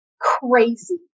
crazy